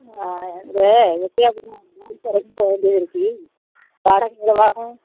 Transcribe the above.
இந்த எட்டையபுரம் வரைக்கும் போகவேண்டியது இருக்கு வாடகை எவ்வளோ ஆகும்